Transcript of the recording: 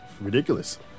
Ridiculous